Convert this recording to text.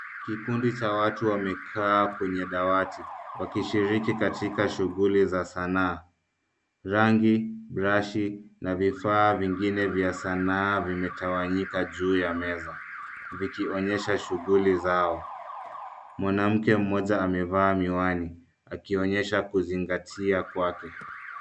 Kikundi cha watu wamekaa kwenye dawati wakishiriki katika shughuli za sanaa. Rangi, brashi na vifaa vyengine vya sanaa vimetawanyika juu ya meza vikionyesha shughuli zao. Mwanamke mmoja amevaa miwani akionyesha kuzingatia kwake.